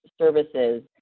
services